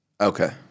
Okay